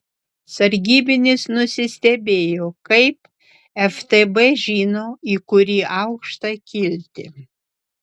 sargybinis nusistebėjo kaip ftb žino į kurį aukštą kilti